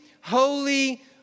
holy